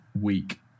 week